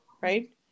right